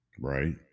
Right